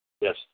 Yes